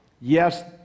yes